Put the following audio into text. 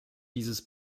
dieses